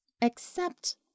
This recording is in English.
Except